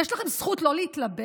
יש לכם זכות לא להתלבט?